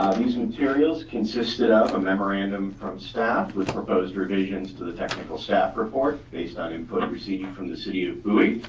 these materials consisted of a memorandum from staff with proposed revisions to the technical staff report based on input received from the city of bowie.